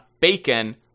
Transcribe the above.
Bacon